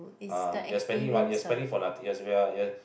ah you are spending money you are spending for nothing ya you're